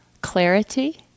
clarity